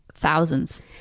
Thousands